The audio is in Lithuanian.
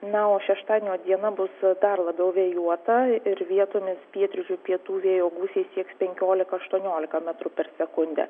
na o šeštadienio diena bus dar labiau vėjuota ir vietomis pietryčių pietų vėjo gūsiai sieks penkiolika aštuoniolika metrų per sekundę